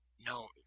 No